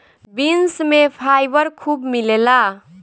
beans में fibre खूब मिलेला